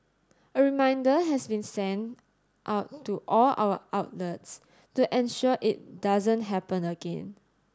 a reminder has been sent out to all our outlets to ensure it doesn't happen again